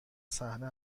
صحنه